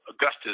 Augustus